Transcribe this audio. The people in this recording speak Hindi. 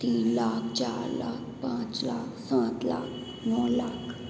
तीन लाख चार लाख पाँच लाख सात लाख नौ लाख